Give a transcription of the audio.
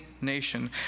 nation